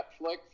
Netflix